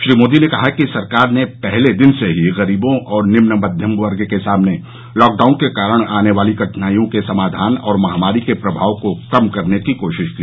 श्री मोदी ने कहा कि सरकार ने पहले ही दिन से ही गरीबों और निम्न मध्यम वर्ग के सामने लॉकडाउन के कारण आने वाली कठिनाइयों के समाधान और महामारी के प्रभाव को कम करने की कोशिश की